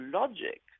logic